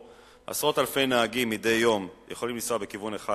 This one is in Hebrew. שעשרות אלפי נהגים מדי יום יכולים לנסוע בכיוון אחד